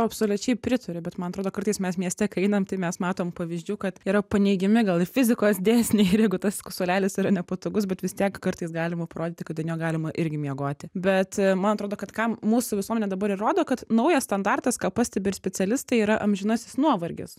absoliučiai pritariu bet man atrodo kartais mes mieste kai einam tai mes matom pavyzdžių kad yra paneigiami gal ir fizikos dėsniai ir jeigu tas suolelis yra nepatogus bet vis tiek kartais galima parodyti kad an jo galima irgi miegoti bet man atrodo kad kam mūsų visuomenė dabar ir rodo kad naujas standartas ką pastebi ir specialistai yra amžinasis nuovargis